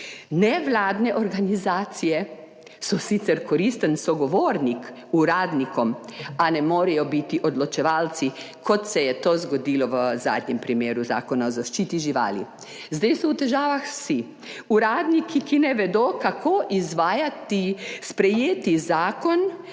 Nevladne organizacije so sicer koristen sogovornik uradnikom, a ne morejo biti odločevalci, kot se je to zgodilo v zadnjem primeru zakona o zaščiti živali. Zdaj so v težavah vsi, uradniki ki ne vedo, kako izvajati sprejeti zakon